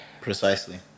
precisely